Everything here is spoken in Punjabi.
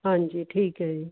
ਹਾਂਜੀ ਠੀਕ ਹੈ ਜੀ